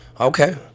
Okay